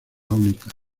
únicas